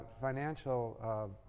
financial